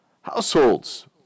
Households